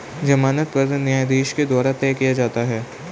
जमानत पत्र न्यायाधीश के द्वारा तय किया जाता है